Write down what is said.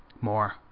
more